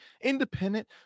independent